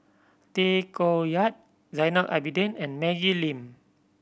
Tay Koh Yat Zainal Abidin and Maggie Lim